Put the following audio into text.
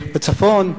בצפון,